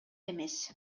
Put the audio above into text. эмес